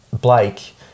Blake